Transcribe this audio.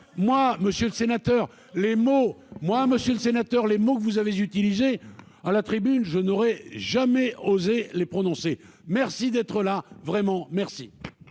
moi, monsieur le sénateur, les mots que vous avez utilisé à la tribune, je n'aurais jamais osé les prononcer, merci d'être là, vraiment, merci.